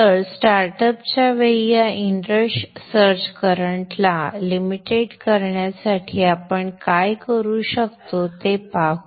तर स्टार्टअपच्या वेळी या इनरश सर्ज करंट ला लिमिटेड करण्यासाठी आपण काय करू शकतो ते पाहू